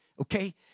Okay